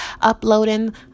uploading